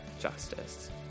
justice